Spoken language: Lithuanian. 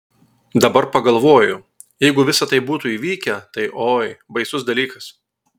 dabar pagalvoju jeigu visa tai būtų įvykę tai oi baisus dalykas